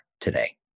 today